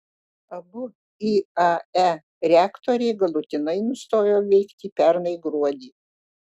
abu iae reaktoriai galutinai nustojo veikti pernai gruodį